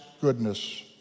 goodness